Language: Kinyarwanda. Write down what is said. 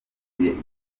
iyi